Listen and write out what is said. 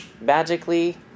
magically